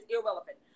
irrelevant